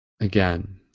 Again